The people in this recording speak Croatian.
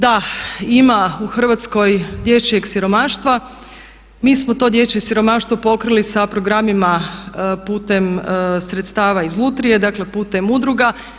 Da, ima u Hrvatskoj dječjeg siromaštva, mi smo to dječje siromaštvo pokrili sa programima putem sredstava iz lutrije, dakle putem udruga.